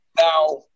Now